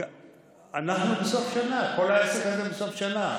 אנחנו בסוף שנה, כל העסק הזה בסוף שנה.